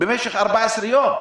במשך 14 יום.